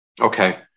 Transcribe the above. Okay